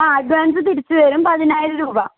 ആ അഡ്വാൻസ്സ് തിരിച്ചു തരും പതിനായിരം രൂപ